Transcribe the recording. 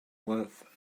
worth